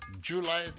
July